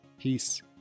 peace